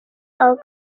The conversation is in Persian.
آگاهند